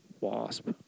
Wasp